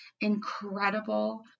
incredible